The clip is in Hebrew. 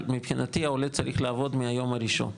מבחינתי העולה צריך לעבוד מהיום הראשון".